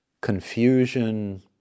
confusion